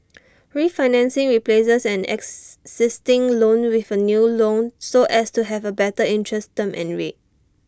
refinancing replaces an existing loan with A new loan so as to have A better interest term and rate